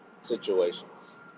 situations